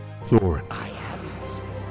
Thorin